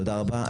תודה רבה.